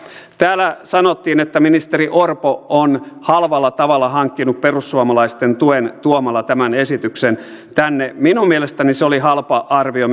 täällä sanottiin että ministeri orpo on halvalla tavalla hankkinut perussuomalaisten tuen tuomalla tämän esityksen tänne minun mielestäni se oli halpa arvio